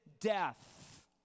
death